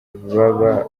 baba